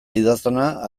idazlana